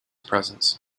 presence